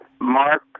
Mark